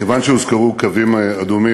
כיוון שהוזכרו קווים אדומים,